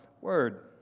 Word